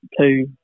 two